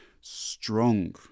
strong